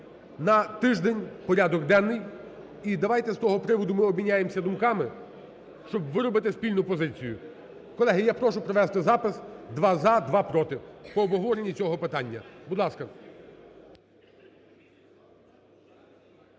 на тиждень порядок денний і давайте з того приводу ми обміняємося думками, щоб виробити спільну позицію. Колеги, я прошу провести запис: два – за, два – проти по обговоренню цього питання. Будь ласка.